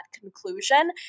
conclusion